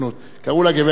קראו לה גברת ושיץ.